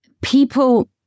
people